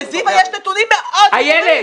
לזיוה יש נתונים מאוד מדויקים.